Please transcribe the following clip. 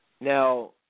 Now